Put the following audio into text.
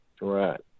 right